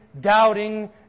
doubting